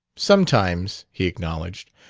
sometimes, he acknowledged.